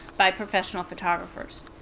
by professional photographers.